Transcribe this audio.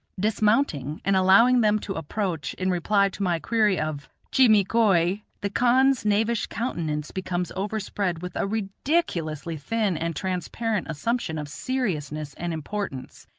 dismounting, and allowing them to approach, in reply to my query of chi mi khoi? the khan's knavish countenance becomes overspread with a ridiculously thin and transparent assumption of seriousness and importance,